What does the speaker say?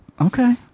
Okay